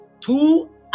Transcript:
two